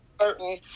certain